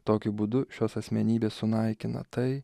tokiu būdu šios asmenybės sunaikina tai